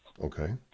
Okay